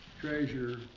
treasure